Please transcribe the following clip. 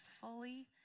fully